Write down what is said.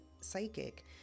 psychic